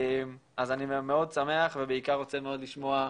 אז אני מאוד שמח ובעיקר רוצה מאוד לשמוע,